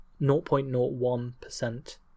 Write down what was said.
0.01%